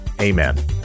Amen